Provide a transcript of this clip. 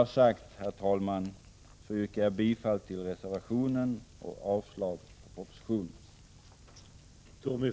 Med vad jag har sagt yrkar jag bifall till reservationen och avslag på propositionen.